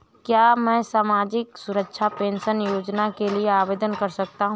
क्या मैं सामाजिक सुरक्षा पेंशन योजना के लिए आवेदन कर सकता हूँ?